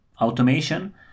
automation